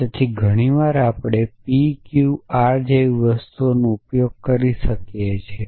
તેથી ઘણી વાર આપણે પીક્યુઆર જેવી વસ્તુઓનો ઉપયોગ કરીએ છીએ